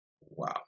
Wow